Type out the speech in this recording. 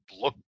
look